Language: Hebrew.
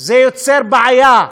זה יוצר בעיה,